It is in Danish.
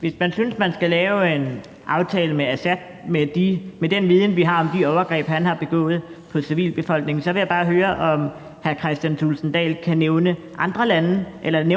Hvis man synes, at man skal lave en aftale med Assad med den viden, vi har om de overgreb, han har begået på civilbefolkningen, så vil jeg bare høre, om hr. Kristian Thulesen Dahl kan nævne